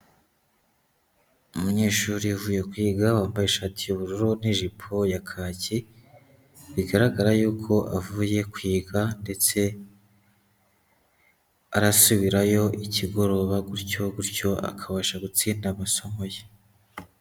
Umunyeshuri uvuye kwiga wambaye ishati y'ubururu n'ijipo ya kacyi, bigaragara yuko avuye kwiga ndetse arasubirayo ikigoroba, gutyo gutyo akabasha gutsinda amasomo ye.